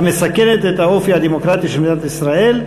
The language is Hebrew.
המסכנת את האופי הדמוקרטי של מדינת ישראל,